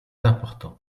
important